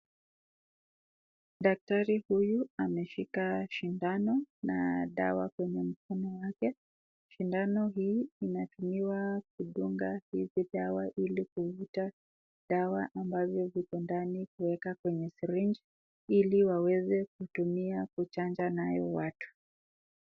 Daktari huyu ameshika sindano na dawa kwenye mkono yake. Sindano hii inatumiwa kudunga hizi dawa ilivuta dawa ambavyo viko ndani kueka kwenye syringe ili waweze kutumia kuchanja nayo watu.